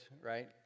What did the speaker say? right